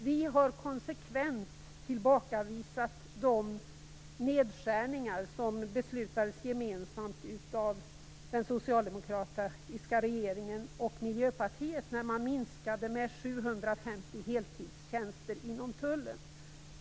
Vi har konsekvent tillbakavisat de nedskärningar som beslutades gemensamt av den socialdemokratiska regeringen och Miljöpartiet, då man tog bort 750 heltidstjänster inom tullen.